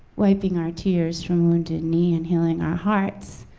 wiping our tears from wounded knee, and healing our hearts.